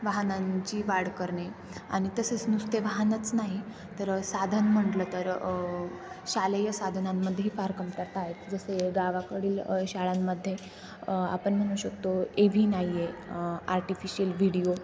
वाहनांची वाढ करणे आणि तसेच नुसते वाहनच नाही तर साधन म्हटलं तर शालेय साधनांमध्येही फार कमतरता आहेत जसे गावाकडील शाळांमध्ये आपण म्हणू शकतो ए व्ही नाही आहे आर्टिफिशियल व्हिडिओ